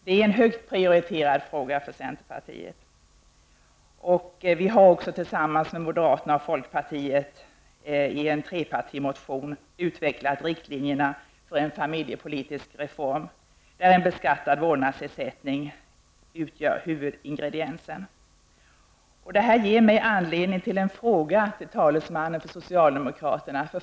Det är en högt prioriterad fråga för centerpartiet. Vi har tillsammans med moderaterna och folkpartiet i en trepartimotion utvecklat riktlinjerna för en familjepolitisk reform. En beskattad vårdnadsersättning utgör huvudingrediensen. Detta ger mig anledning att ställa en fråga till socialdemokraternas talesman.